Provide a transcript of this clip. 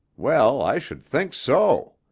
well i should think so!